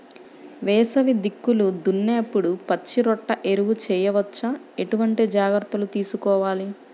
వేసవి దుక్కులు దున్నేప్పుడు పచ్చిరొట్ట ఎరువు వేయవచ్చా? ఎటువంటి జాగ్రత్తలు తీసుకోవాలి?